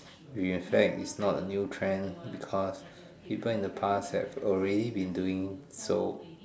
in fact it's not a new trend because people in the past is already doing so